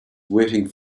waiting